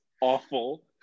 awful